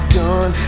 done